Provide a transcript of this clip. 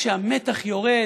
כשהמתח יורד,